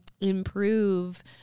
improve